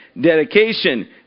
dedication